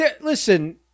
listen